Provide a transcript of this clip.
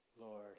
Lord